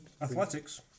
Athletics